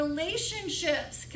relationships